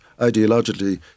ideologically